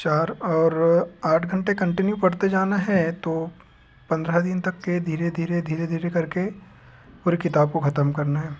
चार और आठ घंटे कंटिन्यू पढ़ते जाना है तो पंद्रह दिन तक के धीरे धीरे धीरे धीरे करके पूरे किताब को खतम करना है